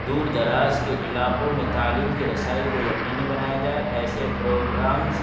دور دراز کے علاقوں میں تعلیم کی رسائی کو یقینی بنائے جائے ایسے پروگرامز